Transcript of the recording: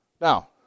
Now